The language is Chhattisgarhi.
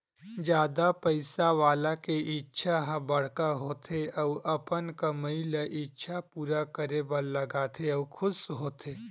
जादा पइसा वाला के इच्छा ह बड़का होथे अउ अपन कमई ल इच्छा पूरा करे बर लगाथे अउ खुस होथे